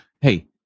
hey